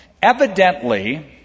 evidently